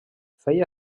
feia